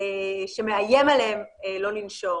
שמאיים עליהם לא לנשור.